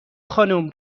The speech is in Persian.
خانم